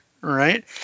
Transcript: Right